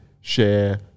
share